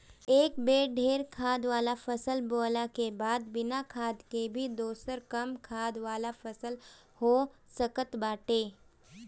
एक बेर ढेर खाद वाला फसल बोअला के बाद बिना खाद के भी दोसर कम खाद वाला फसल हो सकताटे